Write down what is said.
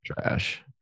Trash